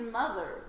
mother